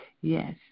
Yes